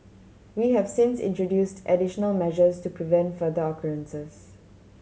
we have since introduced additional measures to prevent future occurrences